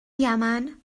یمن